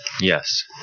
Yes